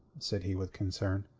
said he, with concern.